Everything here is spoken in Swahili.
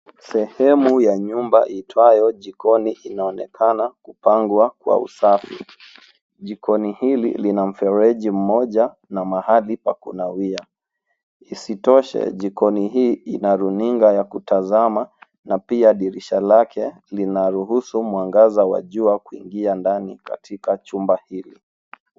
Sehemu ya nyumba iitwayo jikoni, inaonekana kupangwa kwa usafi. Jikoni hili lina mfereji mmoja na mahali pa kunawia. Isitoshe jikoni hii ina runinga ya kutazama na pia dirisha lake linaruhusu mwangaza wa jua kuingia ndani katika chumba hili.